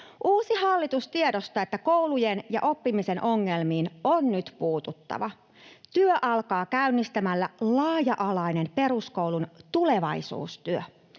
Uusi hallitus tiedostaa, että koulujen ja oppimisen ongelmiin on nyt puututtava. Työ alkaa käynnistämällä laaja-alainen peruskoulun tulevaisuustyö.